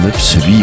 celui